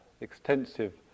extensive